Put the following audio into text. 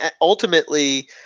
ultimately